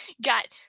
got